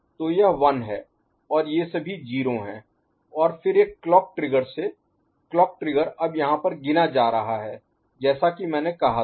तो यह 1 है और ये सभी 0 हैं और फिर एक क्लॉक ट्रिगर से क्लॉक ट्रिगर अब यहाँ पर गिना जा रहा है जैसा कि मैंने कहा था